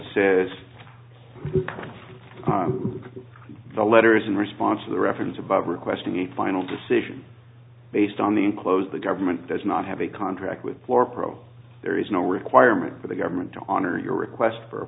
says the letter is in response to the reference above requesting a final decision based on the enclosed the government does not have a contract with floor pro there is no requirement for the government to honor your request for a